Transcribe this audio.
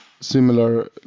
similar